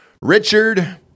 Richard